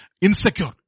insecure